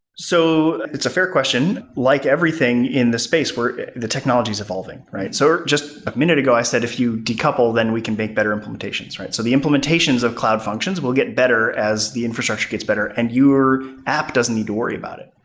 so, it's a fair question. like everything in the space where the technology is evolving. so just a minute ago i said if you decouple, then we can be better implementations. so the implementations of cloud functions will get better as the infrastructure gets better and your app doesn't need to worry about it.